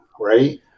right